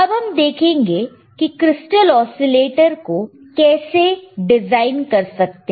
तो अब हम देखेंगे कि क्रिस्टल ऑसीलेटर को कैसे डिजाइन कर सकते हैं